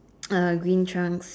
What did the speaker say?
uh green trunks